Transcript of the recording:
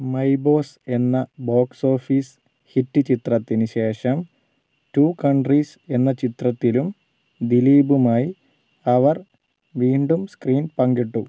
my boss എന്ന box office hit ചിത്രത്തിന് ശേഷം ടൂ കൺട്രീസ് എന്ന ചിത്രത്തിലും ദിലീപുമായി അവർ വീണ്ടും സ്ക്രീൻ പങ്കിട്ടു